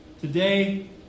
Today